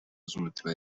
z’umutima